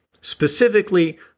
Specifically